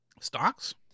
stocks